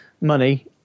money